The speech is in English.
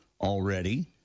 already